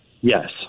Yes